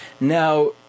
Now